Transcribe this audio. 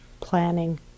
planning